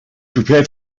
prepare